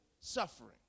suffering